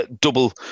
double